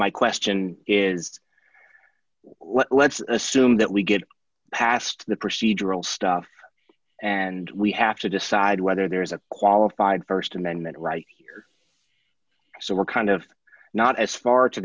my question is let's assume that we get past the procedural stuff and we have to decide whether there is a qualified st amendment right here so we're kind of not as far to